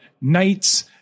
nights